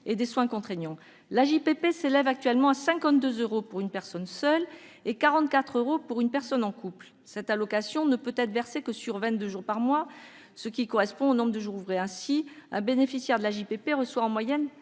et des soins contraignants. L'AJPP s'élève actuellement à 52 euros pour une personne seule et à 44 euros pour une personne en couple. Cette allocation ne peut être versée que 22 jours par mois, ce qui correspond au nombre de jours ouvrés. Ainsi, un bénéficiaire de l'AJPP reçoit en moyenne